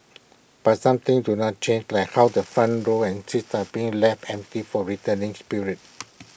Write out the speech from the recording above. but some things do not change like how the front row and seats are being left empty for returning spirits